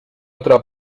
otra